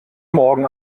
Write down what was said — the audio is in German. morgen